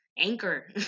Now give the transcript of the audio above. anchor